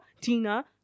Tina